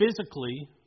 physically